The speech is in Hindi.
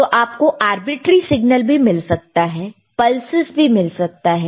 तो आपको आर्बिट्री सिग्नल भी मिल सकता है पल्सेस भी मिल सकता है